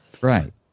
Right